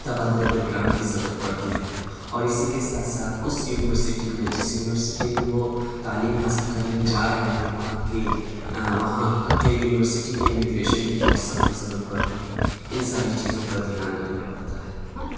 تبادلۂ programme کی ضرورت پڑتی ہے اور اسی کے ساتھ ساتھ اس یونیورسٹی میں جس یونیورسٹی میں وہ تعلیم حاصل کرنے جا رہے ہیں وہاں کی وہاں کے یونیورسٹی کے امیگریشن کی بہت سخت ضرورت پڑتی ہے ان ساری چیزوں کا دھیان رکھنا پرتا ہے